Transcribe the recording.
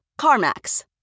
CarMax